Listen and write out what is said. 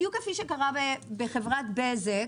בדיוק כפי שקרה בחברת בזק,